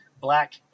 black